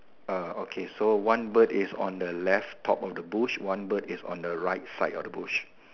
okay so one bird is on the left top of the bush one bird is on the right side of the bush